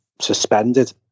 suspended